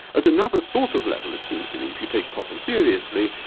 at another sort of level it seems to me, if you take popper seriously,